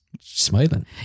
smiling